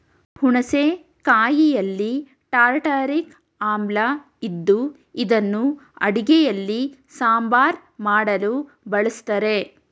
ಹುಣಸೆ ಕಾಯಿಯಲ್ಲಿ ಟಾರ್ಟಾರಿಕ್ ಆಮ್ಲ ಇದ್ದು ಇದನ್ನು ಅಡುಗೆಯಲ್ಲಿ ಸಾಂಬಾರ್ ಮಾಡಲು ಬಳಸ್ತರೆ